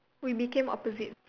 we became opposites